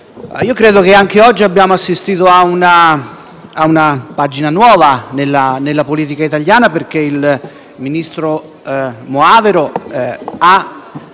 io credo che anche oggi abbiamo assistito a una pagina nuova nella politica italiana, perché il ministro Moavero